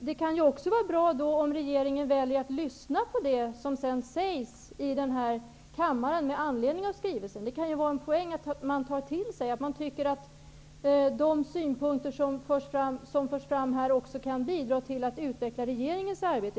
det kan också vara bra om regeringen väljer att lyssna på det som sägs i den här kammaren med anledning av skrivelsen. Det kan vara en poäng att man tar till sig de synpunkter som förs fram här, så att de också kan bidra till att utveckla regeringens arbete.